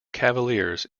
cavaliers